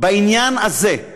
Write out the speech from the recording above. בעניין הזה,